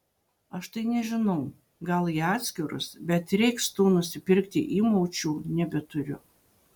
aš tai nežinau gal į atskirus bet reiks tų nusipirkti įmaučių nebeturiu